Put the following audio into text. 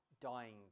dying